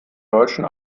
deutschen